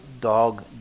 dog